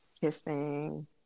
kissing